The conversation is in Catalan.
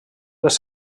les